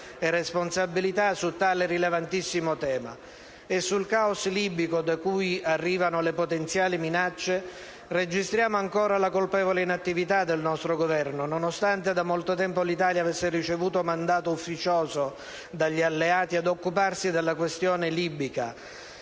e responsabilità su tale rilevantissimo tema. E sul *caos* libico, da cui arrivano le potenziali minacce, registriamo ancora la colpevole inattività di questo Governo, nonostante da molto tempo l'Italia avesse ricevuto mandato ufficioso dagli alleati ad occuparsi della questione libica.